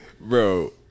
Bro